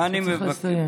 אתה צריך לסיים.